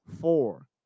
four